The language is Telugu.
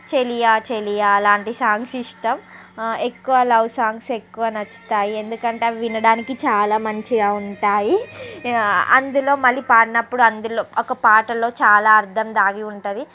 చెలియా చెలియా అలాంటి సాంగ్స్ ఇష్టం ఎక్కువ లవ్ సాంగ్స్ ఎక్కువ నచ్చుతాయి ఎందుకంటే అవి వినడానికి చాలా మంచిగా ఉంటాయి అందులో మళ్ళీ పాడినప్పుడు అందులో ఒక పాటలో చాలా అర్థం దాగి ఉంటుంది